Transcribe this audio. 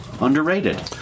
underrated